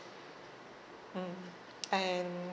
mm and